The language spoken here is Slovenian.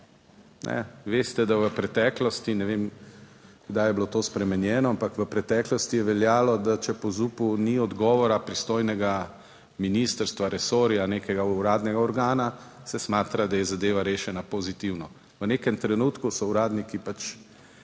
Veste, da v preteklosti, ne vem kdaj je bilo to spremenjeno, ampak v preteklosti je veljalo, da če po ZUP-u ni odgovora pristojnega ministrstva, resorja, nekega uradnega organa, se smatra, da je zadeva rešena pozitivno. V nekem trenutku so uradniki pač